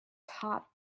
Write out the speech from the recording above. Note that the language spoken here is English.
topped